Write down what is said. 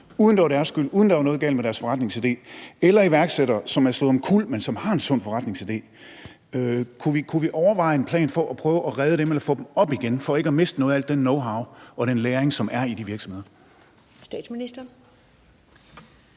uden det var deres skyld, uden der var noget galt med deres forretningsidé, eller for iværksættere, som er slået omkuld, men som har en sund forretningsidé? Kunne vi overveje en plan for at prøve at redde dem eller få dem op igen for ikke at miste noget af al den knowhow og den læring, som er i de virksomheder?